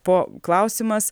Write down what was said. po klausimas